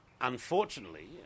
Unfortunately